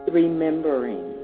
remembering